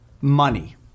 money